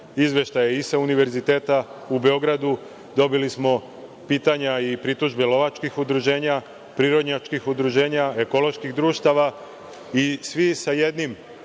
izveštaje i sa Univerziteta u Beogradu, dobili smo pitanja i pritužbe lovačkih udruženja, prirodnjačkih udruženja, ekoloških društava i svi sa jednim